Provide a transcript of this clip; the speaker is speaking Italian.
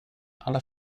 alla